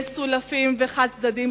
מסולפים וחד-צדדיים,